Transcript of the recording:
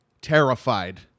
terrified